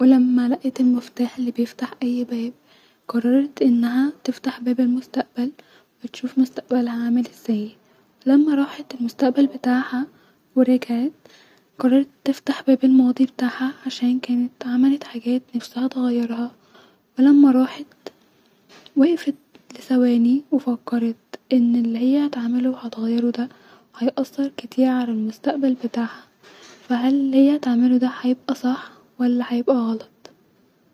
ولما لقيت المفتاح الي بيفتح اي باب قررت انها تفتح باب المستقبل وتشوف مستقبالها عامل ازي-ولما راحت المستقبل بتاعها ورجعت -قررت تفتح باب الماضي بتاعها عشان كانت عملت حاجات كانت نفسها تغيرها ولما راحت - وقفت لثواني وفكرت ان الي هي هتعملو دا هيأثر كتير علي المستقبل بتاعها -فا هل الي هي هتعملو دا هيبقب صح ولا هيبقي غلط